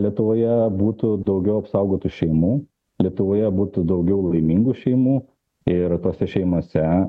lietuvoje būtų daugiau apsaugotų šeimų lietuvoje būtų daugiau laimingų šeimų ir tose šeimose